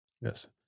Yes